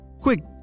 Quick